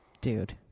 Dude